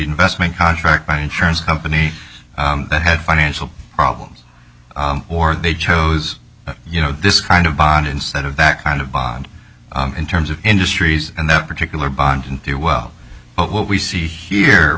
investment contract by an insurance company that had financial problems or they chose you know this kind of bond instead of that kind of bond in terms of industries and that particular bond didn't do well but what we see here